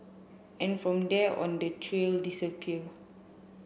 and from there on the trail disappeared